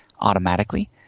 automatically